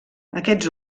aquests